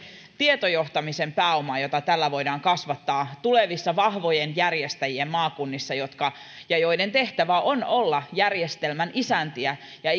tietojohtamisen pääoma jota tällä voidaan kasvattaa tulevissa vahvojen järjestäjien maakunnissa joiden tehtävä on olla järjestelmän isäntiä ja